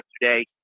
yesterday